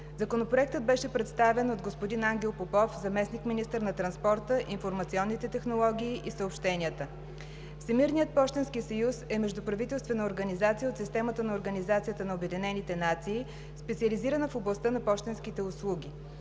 Законопроектът беше представен от господин Ангел Попов – заместник-министър на транспорта, информационните технологии и съобщенията. Всемирният пощенски съюз е междуправителствена организация от системата на Организацията на обединените нации, специализирана в областта на пощенските услуги.